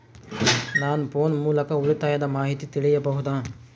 ನಾವು ಫೋನ್ ಮೂಲಕ ಉಳಿತಾಯದ ಮಾಹಿತಿ ತಿಳಿಯಬಹುದಾ?